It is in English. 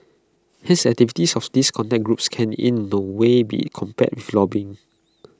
hence the activities of these contact groups can in no way be compared with lobbying